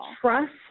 trust